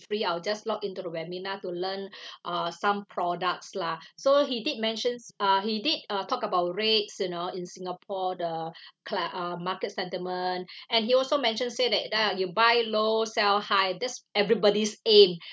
free I'll just log into the webinar to learn uh some products lah so he did mentions uh he did uh talk about rates and all in singapore the cli~ uh market sentiment and he also mentioned said that lah you buy low sell high that's everybody's aim